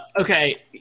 Okay